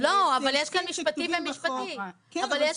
אבל יש דברים שכתובים בחוק --- אבל יש